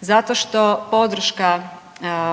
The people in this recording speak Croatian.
Zašto što podrška